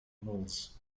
mills